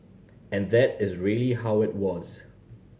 and that is really how it was